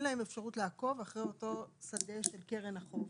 להם אפשרות לעקוב אחרי אותו שדה של קרן החוב,